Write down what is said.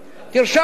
תרשום את זה.